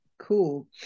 cool